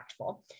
impactful